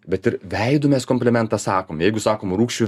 bet ir veidu mes komplimentą sakom jeigu sakom rūgščiu